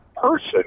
person